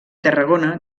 tarragona